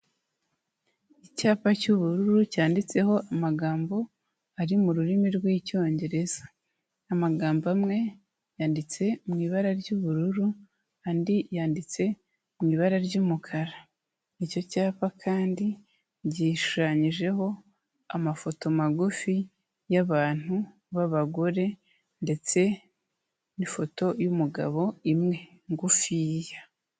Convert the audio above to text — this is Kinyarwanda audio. Icyapa cy'ubururu cyanditseho amagambo ari mu rurimi rw'Icyongereza, amagambo amwe yanditse mu ibara ry'ubururu andi yanditse mu ibara ry'umukara, icyo cyapa kandi gishushanyijeho amafoto magufi y'abantu b'abagore ndetse n'ifoto y'umugabo imwe ngufiya.